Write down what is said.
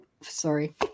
sorry